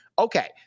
Okay